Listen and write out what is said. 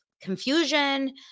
confusion